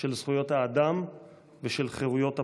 של זכויות האדם ושל חירויות הפרט.